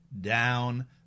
down